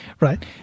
right